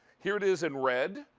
here it is in red.